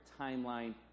timeline